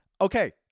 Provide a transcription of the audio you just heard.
Okay